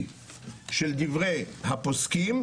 כי אמרו, גם ככה אנחנו ברבנות לא קיימים.